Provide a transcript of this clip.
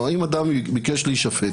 אם אדם ביקש להישפט